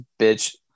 bitch